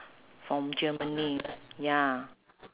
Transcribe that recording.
from germany ya